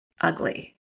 ugly